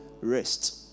rest